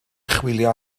chwilio